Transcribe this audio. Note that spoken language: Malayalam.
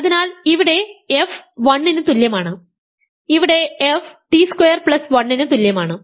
അതിനാൽ ഇവിടെ f 1 ന് തുല്യമാണ് ഇവിടെ f ടി സ്ക്വയർ പ്ലസ് 1 ന് തുല്യമാണ്